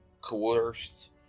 coerced